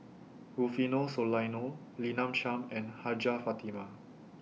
Rufino Soliano Lina Chiam and Hajjah Fatimah